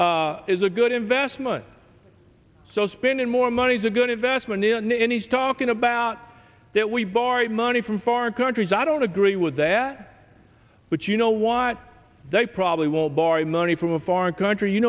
hear is a good investment so spending more money is a good investment in any talking about that we borrow money from foreign countries i don't agree with that but you know what they probably won't borrow money from a foreign country you